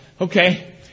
okay